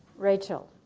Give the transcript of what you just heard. rachel,